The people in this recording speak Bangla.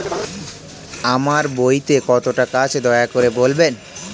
আমার বইতে কত টাকা আছে দয়া করে বলবেন?